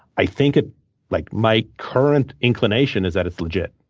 i think ah like my current inclination is that it's legit,